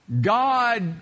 God